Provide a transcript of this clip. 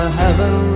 heaven